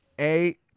A-